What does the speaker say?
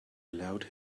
allowed